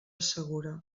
segura